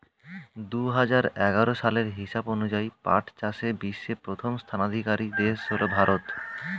দুহাজার এগারো সালের হিসাব অনুযায়ী পাট চাষে বিশ্বে প্রথম স্থানাধিকারী দেশ হল ভারত